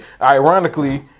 Ironically